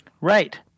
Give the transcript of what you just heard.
Right